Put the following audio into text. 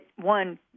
one